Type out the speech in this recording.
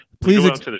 Please